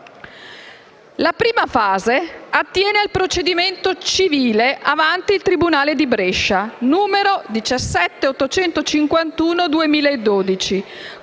La prima fase attiene al procedimento civile avanti il tribunale di Brescia (n. 17851 del